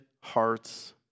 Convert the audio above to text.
hearts